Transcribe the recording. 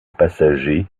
passager